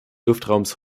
luftraums